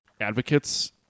advocates